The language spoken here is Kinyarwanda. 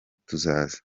tuzaza